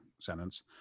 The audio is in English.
sentence